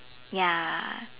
ya